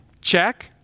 check